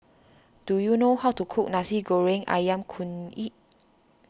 do you know how to cook Nasi Goreng Ayam Kunyit